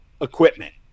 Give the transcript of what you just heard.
equipment